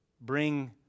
bring